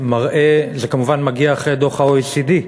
זה כמובן מגיע אחרי דוח ה-OECD,